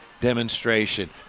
demonstration